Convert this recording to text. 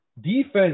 Defense